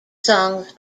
songs